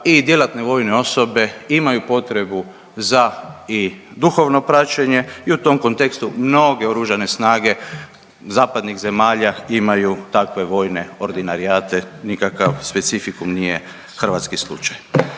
i djelatne vojne osobe imaju potrebu za i duhovno praćenje i u tom kontekstu mnoge oružane snage zapadnih zemalja imaju take vojne ordinarijate nikakav specifikum nije hrvatski slučaj.